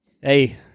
Hey